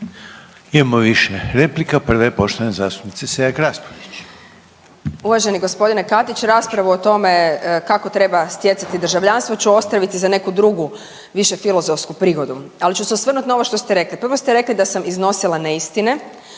Imamo više replika, prva je poštovane zastupnice Selak Raspudić. **Selak Raspudić, Marija (Nezavisni)** Uvaženi gospodine Katić, raspravu o tome kako treba stjecati državljanstvo ću ostaviti za neku drugu više filozofsku prigodu. Ali će osvrnuti na ovo što ste rekli. Prvo ste rekli da sam iznosila neistine